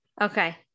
Okay